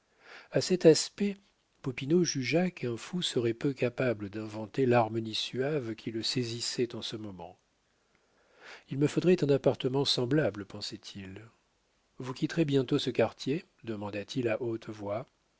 a cet aspect popinot jugea qu'un fou serait peu capable d'inventer l'harmonie suave qui le saisissait en ce moment il me faudrait un appartement semblable pensait-il vous quitterez bientôt ce quartier demanda-t-il à haute voix